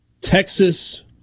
Texas